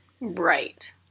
Right